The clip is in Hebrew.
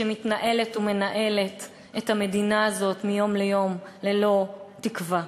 שמתנהלת ומנהלת את המדינה הזאת מיום ליום ללא תקווה.